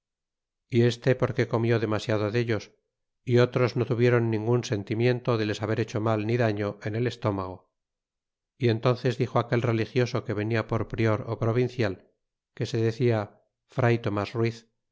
y este porque comió demasiado dellos y otros no tuvieron ningun sentimiento de les haber hecho mal ni daño en el estómago y entbnces dixo aquel religioso que venia por prior ó provincial que se decia fray tomas ortiz